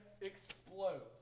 explodes